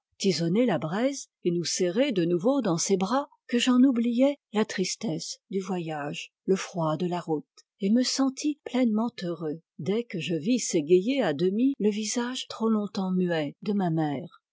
la braise et nous serrer de nouveau dans ses bras que j'en oubliai la tristesse du voyage le froid de la route et me sentis pleinement heureux dès que je vis s'égayer à demi le visage trop longtemps muet de ma mère